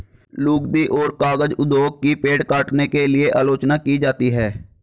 लुगदी और कागज उद्योग की पेड़ काटने के लिए आलोचना की जाती है